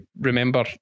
remember